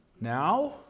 Now